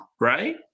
right